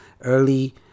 early